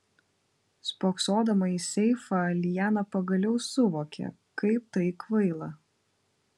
spoksodama į seifą liana pagaliau suvokė kaip tai kvaila